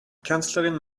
kanzlerin